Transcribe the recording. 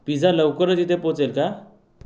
pizza लवकरच इथे पोहोचेल का